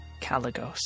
Caligos